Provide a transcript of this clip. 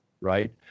right